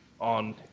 on